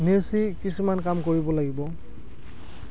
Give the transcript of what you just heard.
নেওচি কিছুমান কাম কৰিব লাগিব